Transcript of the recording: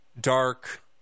dark